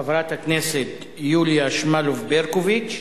חברת הכנסת יוליה שמאלוב-ברקוביץ,